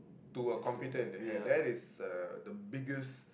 to a computer in the hand that is uh the biggest